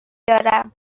دارم